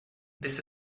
this